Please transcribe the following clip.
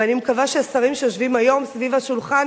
ואני מקווה שהשרים שיושבים היום סביב השולחן